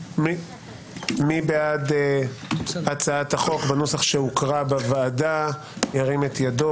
מי בעד הצעת החוק בנוסח שהוקרא בוועדה - ירים את ידו.